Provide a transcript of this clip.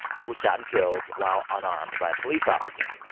who was shot and killed while unarmed by a police officer.